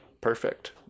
perfect